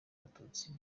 abatutsi